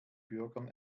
bürgern